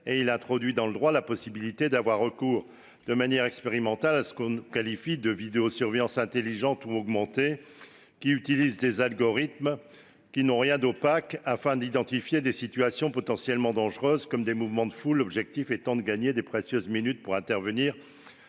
: il introduit dans le droit la possibilité d'avoir recours de manière expérimentale à ce que l'on qualifie de vidéosurveillance « intelligente » ou « augmentée », dispositif utilisant des algorithmes qui n'ont rien d'opaque afin d'identifier des situations potentiellement dangereuses, comme des mouvements de foule, l'objectif étant de gagner de précieuses minutes pour intervenir